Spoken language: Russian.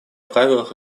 правилах